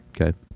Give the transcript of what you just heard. Okay